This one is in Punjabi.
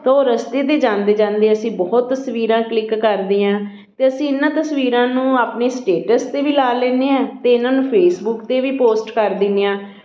ਤਾਂ ਉਹ ਰਸਤੇ 'ਤੇ ਜਾਂਦੇ ਜਾਂਦੇ ਅਸੀਂ ਬਹੁਤ ਤਸਵੀਰਾਂ ਕਲਿੱਕ ਕਰਦੇ ਹਾਂ ਅਤੇ ਅਸੀਂ ਇਹਨਾਂ ਤਸਵੀਰਾਂ ਨੂੰ ਆਪਣੇ ਸਟੇਟਸ 'ਤੇ ਵੀ ਲਾ ਲੈਂਦੇ ਹਾਂ ਅਤੇ ਇਹਨਾਂ ਨੂੰ ਫੇਸਬੁਕ 'ਤੇ ਵੀ ਪੋਸਟ ਕਰ ਦਿੰਦੇ ਹਾਂ